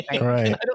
Right